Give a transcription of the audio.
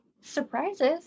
surprises